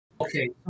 Okay